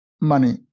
money